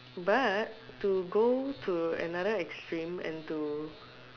but to go to another extreme and to